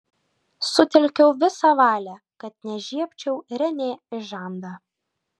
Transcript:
sutelkiau visą valią kad nežiebčiau renė į žandą